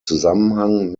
zusammenhang